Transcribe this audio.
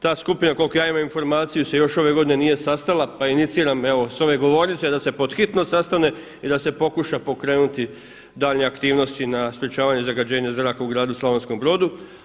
Ta skupina koliku ja imam informaciju se još ove godine nije sastala pa iniciram evo s ove govornice da se podhitno sastane i da se pokuša pokrenuti daljnje aktivnosti na sprječavanju zagađenja zraka u gradu Slavonskom Brodu.